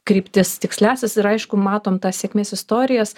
kryptis tiksliąsias ir aišku matom tas sėkmės istorijas